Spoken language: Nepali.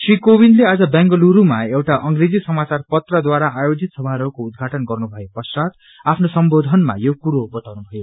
श्री कोविन्दले आज बेंगलुरूमा एउटा अंग्रेजी समाचार पत्रद्वारा आयोजित समारोहको उद्घाटन गर्नु भए पश्चात् आफ्नो सम्बोधनमा यो कुरा बताउनु भयो